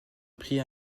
pris